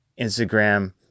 Instagram